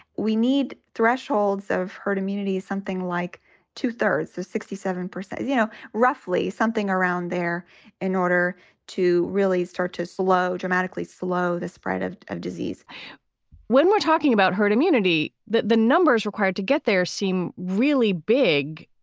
we need threshold's of herd immunity, something like two thirds, sixty seven percent, you know, roughly something around there in order to really start to slow, dramatically slow the spread of of disease when we're talking about herd immunity, the the numbers required to get there seem really big.